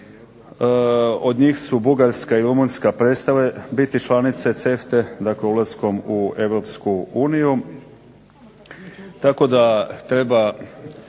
od njih su Bugarska i Rumunjska prestale biti članice CEFTA-e dakle ulaskom u EU